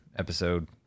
episode